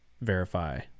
verify